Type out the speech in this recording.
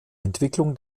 entwicklung